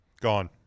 gone